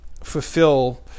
fulfill